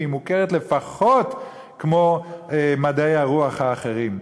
והיא מוכרת לפחות כמו מדעי הרוח האחרים.